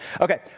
Okay